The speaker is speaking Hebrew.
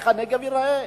איך הנגב ייראה.